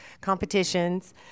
competitions